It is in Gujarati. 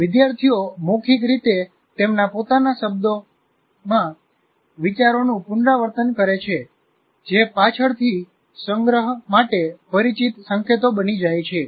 વિદ્યાર્થીઓ મૌખિક રીતે તેમના પોતાના શબ્દોમાં વિચારોનું પુનરાવર્તન કરે છે જે પાછળથી સંગ્રહ માટે પરિચિત સંકેતો બની જાય છે